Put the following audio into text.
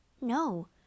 No